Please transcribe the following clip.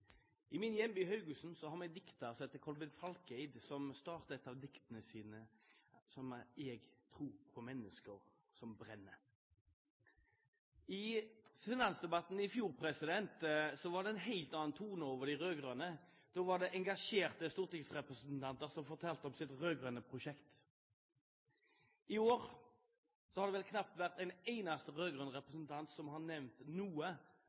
I min hjemby, Haugesund, har vi en dikter som heter Kolbein Falkeid, som starter et av diktene sine med «Jeg tror på mennesker som brenner». I finansdebatten i fjor var det en helt annen tone hos de rød-grønne. Da var det engasjerte stortingsrepresentanter som fortalte om sitt rød-grønne prosjekt. I år har det vel knapt vært en eneste rød-grønn representant som har nevnt noe